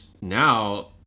now